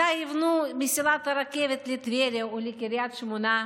מתי יבנו את מסילת הרכבת לטבריה ולקריית שמונה?